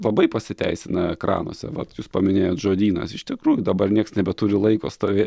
labai pasiteisina ekranuose vat jūs paminėjot žodynas iš tikrųjų dabar nieks nebeturi laiko stovė